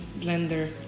Blender